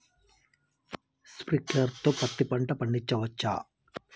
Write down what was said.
Sprinkler తో పత్తి పంట పండించవచ్చా?